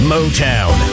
Motown